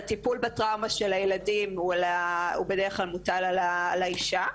הטיפול בטראומה של הילדים בדרך כלל מוטל על האישה,